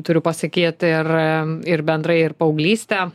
turiu pasakyt ir ir bendrai ir paauglystė